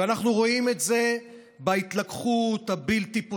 ואנחנו רואים את זה בהתלקחות הבלתי-פוסקת,